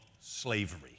slavery